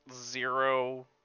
zero